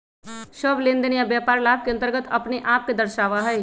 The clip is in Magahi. सब लेनदेन या व्यापार लाभ के अन्तर्गत अपने आप के दर्शावा हई